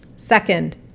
Second